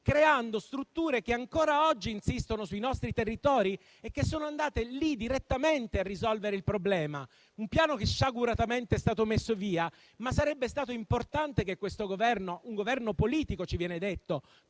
creando strutture che ancora oggi insistono sui nostri territori e che sono andate lì direttamente a risolvere il problema; un piano che sciaguratamente è stato messo via. Sarebbe stato importante che questo Governo, un Governo politico - ci viene detto